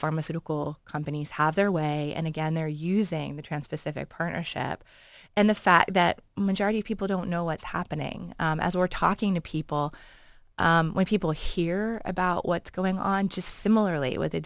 pharmaceutical companies have their way and again they're using the transpacific partnership and the fact that majority of people don't know what's happening as we're talking to people when people hear about what's going on just similarly with